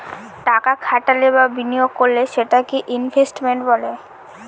টাকা খাটালে বা বিনিয়োগ করলে সেটাকে ইনভেস্টমেন্ট বলে